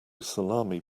salami